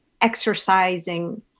exercising